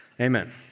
amen